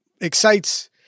excites